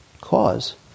cause